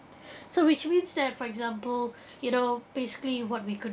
so which means that for example you know basically what we could